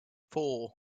four